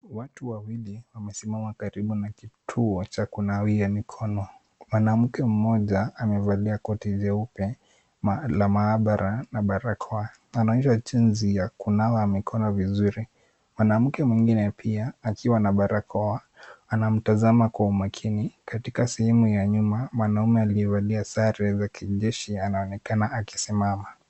Watu wawili wamesimama karibu na kituo cha kunawia mikono. Mwanamke mmoja amevalia koti jeupe la maabara na barakoa. Anaonyeshwa jinsi ya kunawa mikono vizuri. Mwanamke mwingine pia akiwa na barakoa anamtazma kwa umakini. Katika sehemu ya nyuma mwanaume aliyevalia sare za kijeshi anaonekana akisimama.